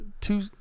two